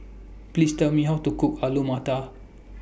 Please Tell Me How to Cook Alu Matar